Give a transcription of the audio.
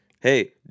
Hey